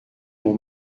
mon